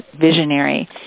visionary